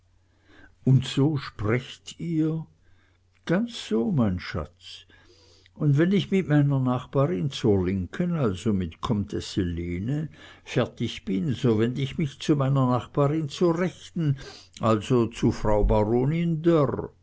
und so sprecht ihr ganz so mein schatz und wenn ich mit meiner nachbarin zur linken also mit komtesse lene fertig bin so wend ich mich zu meiner nachbarin zur rechten also zu frau baronin dörr